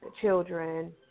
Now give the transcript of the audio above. children